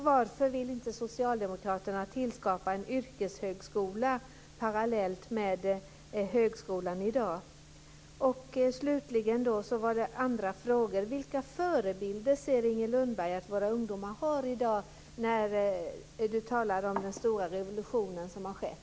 Varför vill inte Socialdemokraterna tillskapa en yrkeshögskola parallellt med högskolan i dag? Vilka förebilder ser Inger Lundberg att våra ungdomar har i dag när hon talar om den stora revolution som har skett?